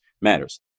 matters